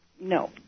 no